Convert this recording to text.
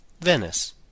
Venice